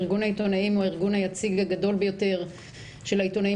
ארגון העיתונאים הוא הארגון היציג הגדול ביותר של העיתונאים